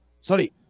sorry